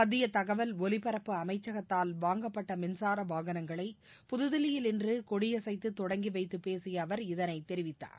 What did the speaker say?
மத்திய தகவல் ஒலிபரப்பு அமைச்சகத்தால் வாங்கப்பட்ட மின்சார வாகனங்களை புதில்லியில் இன்று கொடியசைத்து தொடங்கிவைத்து பேசிய அவர் இதை தெரிவித்தார்